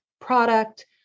product